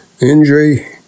injury